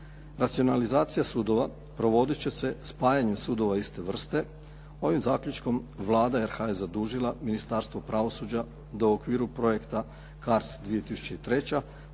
Racionalizacija sudova provodit će se spajanjem sudova iste vrste. Ovim zaključkom Vlada Republike Hrvatske je zadužila Ministarstvo pravosuđa da u okviru projekta CARDS 2003.